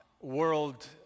world